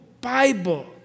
Bible